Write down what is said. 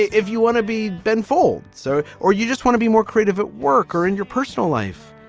if you want to be benfold, so. or you just want to be more creative at work or in your personal life,